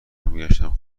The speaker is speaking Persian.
میگشتم